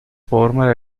former